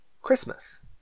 Christmas